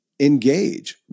engage